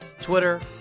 Twitter